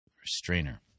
Restrainer